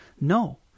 No